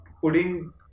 putting